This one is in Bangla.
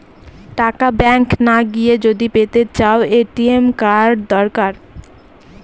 টাকা ব্যাঙ্ক না গিয়ে যদি পেতে চাও, এ.টি.এম কার্ড দরকার